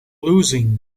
losing